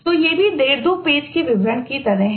तो ये भी डेढ़ 2 पेज के विवरण की तरह हैं